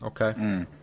Okay